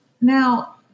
Now